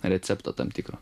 recepto tam tikro